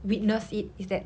witness it is that